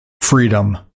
Freedom